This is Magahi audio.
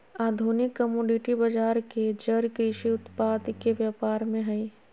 आधुनिक कमोडिटी बजार के जड़ कृषि उत्पाद के व्यापार में हइ